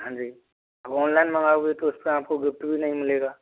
हाँ जी ऑनलाइन मांगवाओगे तो उसमें आपको गिफ़्ट भी नहीं मिलेगा